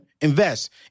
invest